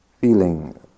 feeling